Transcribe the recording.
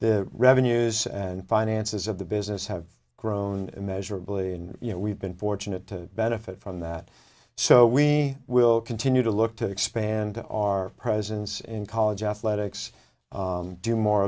the revenues and finances of the business have grown immeasurably and you know we've been fortunate to benefit from that so we will continue to look to expand our presence in college athletics do more